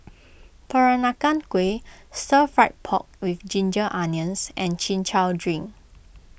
Peranakan Kueh Stir Fried Pork with Ginger Onions and Chin Chow Drink